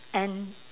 and